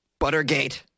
Buttergate